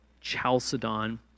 Chalcedon